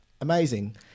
amazing